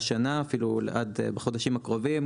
אפילו בחודשים הקרובים.